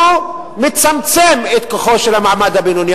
הוא מצמצם את כוחו של המעמד הבינוני.